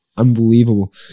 unbelievable